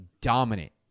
dominant